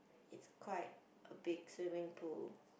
it's quite a big swimming pool